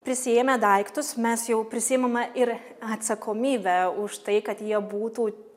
prisiėmę daiktus mes jau prisiimame ir atsakomybę už tai kad jie būtų